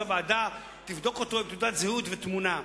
שהוועדה תבדוק אותו עם תעודת זהות ותמונה.